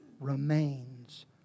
remains